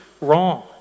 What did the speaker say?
wrong